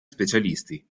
specialisti